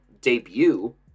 debut